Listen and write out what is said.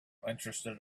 interested